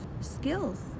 skills